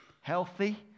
healthy